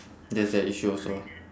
that's an issue also ah